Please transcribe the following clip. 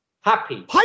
Happy